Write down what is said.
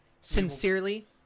Sincerely